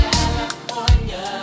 California